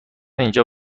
اینجا